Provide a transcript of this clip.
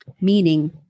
meaning